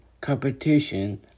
competition